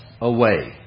away